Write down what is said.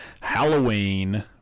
Halloween